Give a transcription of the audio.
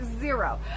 zero